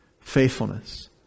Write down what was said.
faithfulness